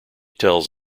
tells